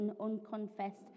unconfessed